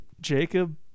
Jacob